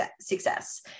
success